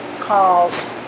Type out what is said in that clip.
calls